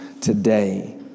Today